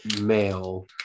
male